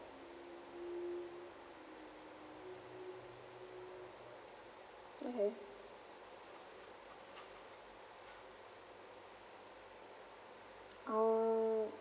okay um